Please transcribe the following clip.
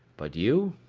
but you?